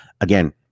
again